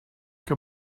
que